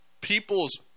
people's